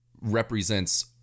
represents